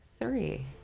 three